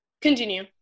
Continue